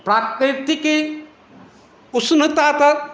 प्राकृतिक उष्णता तऽ